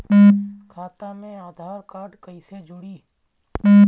खाता मे आधार कार्ड कईसे जुड़ि?